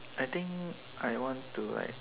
I think I want to like